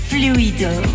Fluido